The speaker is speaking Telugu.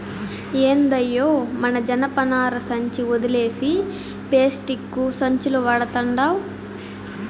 ఏందయ్యో మన జనపనార సంచి ఒదిలేసి పేస్టిక్కు సంచులు వడతండావ్